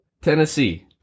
Tennessee